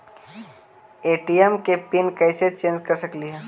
ATM के PIN कैसे change कर सकली ही?